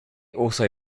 also